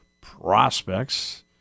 prospects